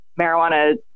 marijuana